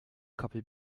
koppel